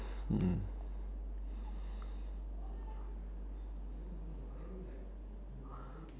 mm